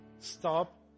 Stop